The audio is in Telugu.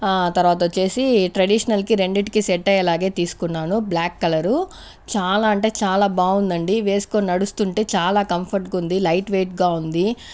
ఆ తరవాత వచ్చేసి ట్రెడిషనల్కి రెండిటికి సెట్ అయ్యేలాగే తీసుకున్నాను బ్లాక్ కలరు చాలా అంటే చాలా బాగుందండి వేసుకొని నడుస్తుంటే చాలా కంఫర్ట్గా ఉంది లైట్ వెయిట్గా ఉంది